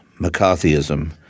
McCarthyism